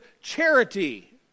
charity